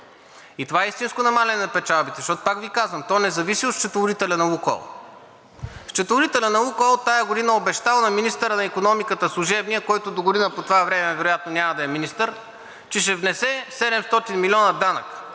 И това е истинско намаление на печалбите, защото, пак Ви казвам, то не зависи от счетоводителя на „Лукойл“. Счетоводителят на „Лукойл“ тази година е обещал на служебния министър на икономиката, който догодина по това време вероятно няма да е министър, че ще внесе 700 милиона данък.